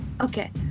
Okay